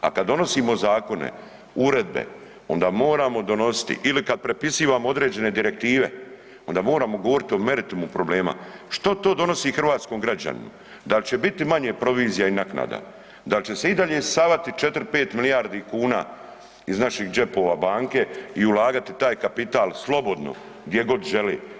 A kada donosimo zakone, uredbe onda moramo donositi ili kada prepisivamo određene direktive onda moramo govoriti o meritumu problema, što to donosi hrvatskom građaninu, dal će biti manje provizija i naknada, da li će se i dalje isisavati 4, 5 milijardi kuna iz naših džepova banke i ulagati taj kapital slobodno gdje god želi?